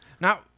Now